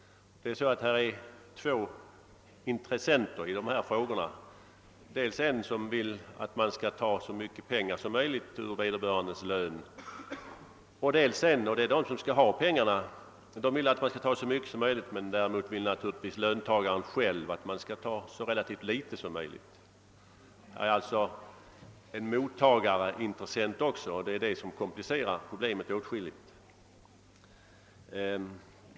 Det finns två intressenter i dessa frågor. Den ena vill att man skall ta så mycket pengar som möjligt ur vederbörandes lön; det gäller de personer som har fordringar på denne. Den andre är löntagaren själv, som naturligtvis vill att man skall ta så litet som möjligt av lönen. Det finns alltså även en mottagarintressent, vilket komplicerar problemet åtskilligt.